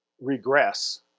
regress